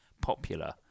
popular